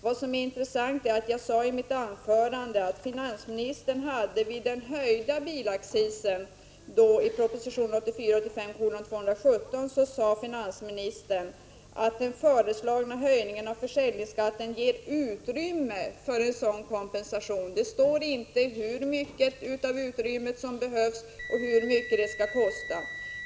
Vad som är intressant är att finansministern, som jag sade också i mitt inledningsanförande, i proposition 1984/85:217 om den då aktuella höjningen av bilaccisen sade: ”Den nu föreslagna höjningen av skatten ger utrymme för en sådan kompensation.” Det står inte hur mycket av utrymmet som behövdes för kompensationen eller hur mycket den skulle kosta.